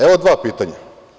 Evo dva pitanja.